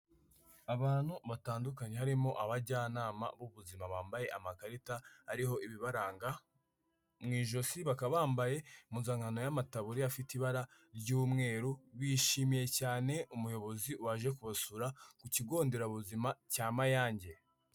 Abantu batandukanye harimo abajyanama b'ubuzima, bambaye amakarita ariho ibibaranga mu ijosi, bakaba bambaye impuzankano y'amataburiya afite ibara ry'umweru, bishimiye cyane umuyobozi waje kubasura ku kigo nderabuzima cya Mayange.